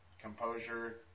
composure